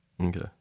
Okay